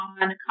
on